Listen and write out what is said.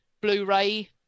Blu-ray